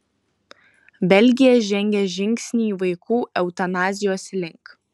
belgija žengė žingsnį vaikų eutanazijos link